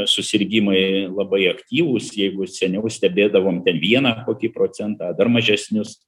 susirgimai labai aktyvūs jeigu seniau stebėdavom ten vieną kokį procentą ar dar mažesnius